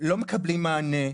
לא מקבלים מענה.